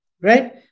right